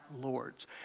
lords